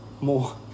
more